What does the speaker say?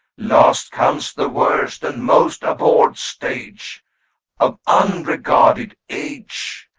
last comes the worst and most abhorred stage of unregarded age,